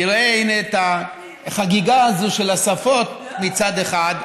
תראה את החגיגה הזאת של השפות מצד אחד,